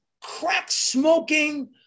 crack-smoking